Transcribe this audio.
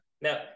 Now